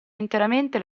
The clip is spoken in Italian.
interamente